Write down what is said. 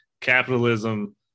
capitalism